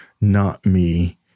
not-me